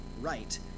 right